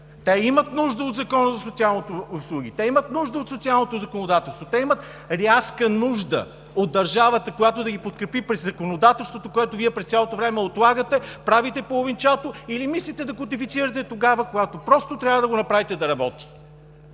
Те имат нужда от Закона за социалните услуги. Те имат нужда от социалното законодателство. Те имат рязка нужда от държавата, която да ги подкрепи през законодателството, което Вие през цялото време отлагате, правите половинчато или мислите да кодифицирате тогава, когато просто трябва да го направите да работи.